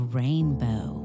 rainbow